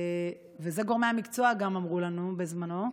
ואת זה גורמי המקצוע גם אמרו לנו בזמנו,